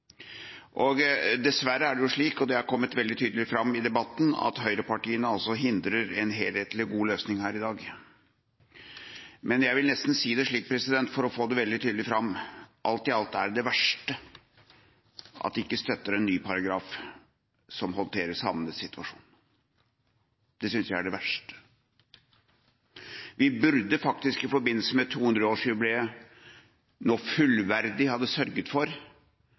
rettigheter. Dessverre er det slik – og det er kommet veldig tydelig fram i debatten – at høyrepartiene hindrer en helhetlig og god løsning her i dag. Men jeg vil nesten si det slik – for å få det veldig tydelig fram: Alt i alt er det verste det at de ikke støtter en ny paragraf som håndterer samenes situasjon. Det synes jeg er det verste. Vi burde faktisk i forbindelse med 200-årsjubileet nå fullverdig ha sørget for